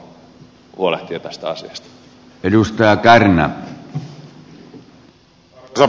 arvoisa puhemies